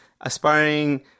aspiring